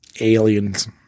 aliens